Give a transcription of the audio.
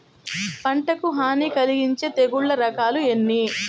పంటకు హాని కలిగించే తెగుళ్ళ రకాలు ఎన్ని?